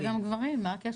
זה גם גברים, מה הקשר?